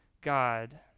God